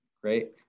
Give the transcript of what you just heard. Great